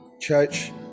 Church